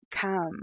come